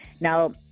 Now